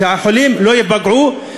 שהחולים לא ייפגעו,